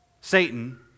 Satan